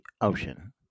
ocean